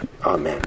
Amen